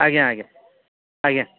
ଆଜ୍ଞା ଆଜ୍ଞା ଆଜ୍ଞା